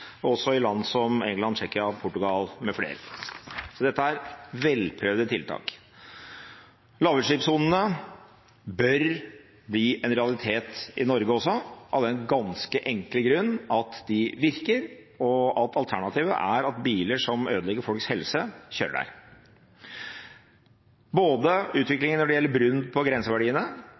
og også i land som England, Tsjekkia, Portugal mfl., så dette er velprøvde tiltak. Lavutslippssonene bør bli en realitet i Norge også av den ganske enkle grunn at de virker, og at alternativet er at biler som ødelegger folks helse, kjører der. Utviklingen når det gjelder brudd på grenseverdiene,